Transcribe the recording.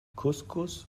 couscous